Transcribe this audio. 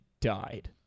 died